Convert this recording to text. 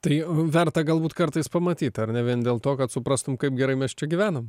tai verta galbūt kartais pamatyt ar ne vien dėl to kad suprastum kaip gerai mes čia gyvenam